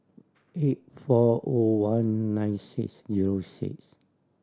eight four O one nine six zero six